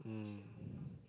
mm